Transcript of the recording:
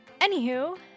anywho